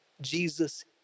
Jesus